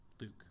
Luke